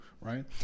right